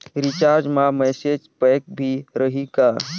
Recharge मा message pack भी रही का?